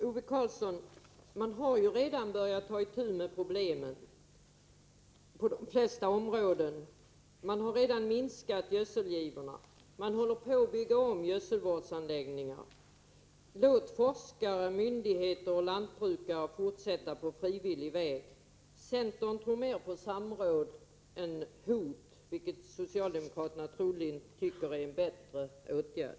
Herr talman! Man har ju redan börjat ta itu med problemen på de flesta områden, Ove Karlsson! Man har redan minskat gödselgivorna. Man håller på att bygga om gödselvårdsanläggningar. Låt forskare, myndigheter och lantbrukare fortsätta på frivillighetens väg! Centern tror mer på samråd än på hot, vilket socialdemokraterna troligen tycker är en bättre metod.